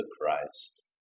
Christ